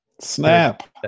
Snap